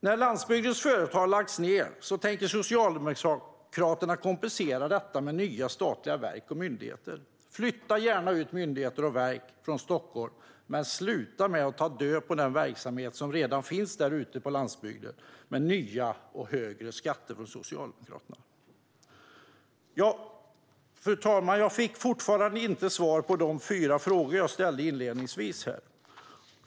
När landsbygdens företag lagts ned tänker Socialdemokraterna kompensera det med nya statliga verk och myndigheter. Flytta gärna ut myndigheter och verk från Stockholm, men sluta ta död på den verksamhet som redan finns på landsbygden med nya och högre skatter från Socialdemokraterna! Fru talman! Jag fick inte svar på de fyra frågor som jag ställde inledningsvis.